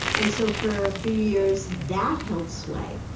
and so for a few years that held sway.